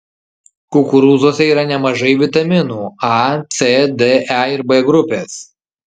kukurūzuose yra nemažai vitaminų a c d e ir b grupės